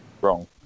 Wrong